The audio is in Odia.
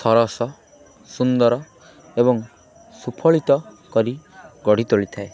ସରସ ସୁନ୍ଦର ଏବଂ ସୁଫଳିତ କରି ଗଢ଼ି ତୋଳିଥାଏ